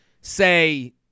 say